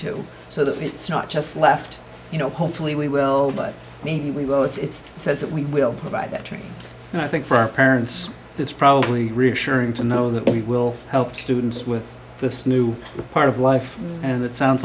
to so that it's not just left you know hopefully we will but maybe we will it's so that we will provide that training and i think for our parents it's probably reassuring to know that we will help students with this new part of life and it sounds